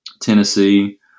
Tennessee